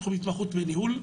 תחום התמחות בניהול.